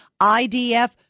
IDF